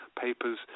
papers